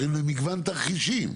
מגוון פתרונות למגוון תרחישים.